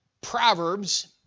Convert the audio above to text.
proverbs